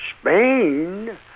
Spain